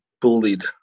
bullied